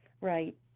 Right